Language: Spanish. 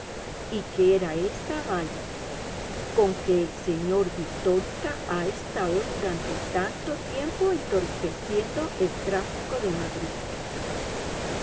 y que era esa valla con que el sr vitórica ha estado durante tanto tiempo entorpeciendo el tráfico de madrid